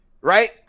right